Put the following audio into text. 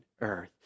earth